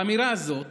האמירה הזאת